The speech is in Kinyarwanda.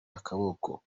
akaboko